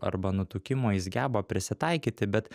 arba nutukimo jis geba prisitaikyti bet